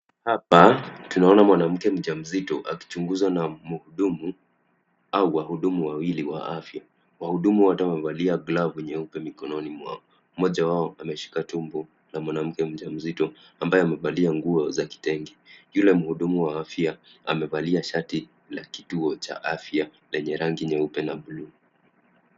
Hapa tunaona mwanamke mjamzito akichunguzwa na mhudumu au wahudumu wawili wa afya. Wahudumu wote wamevalia glavu nyeupe mikononi mwao. Mmoja wao ameshika tumbo la mwanamke mjamzito ambaye amevalia nguo za kitenge. Yule mhudumu wa afya amevalia shati la kituo cha afya lenye rangi nyeupe na buluu.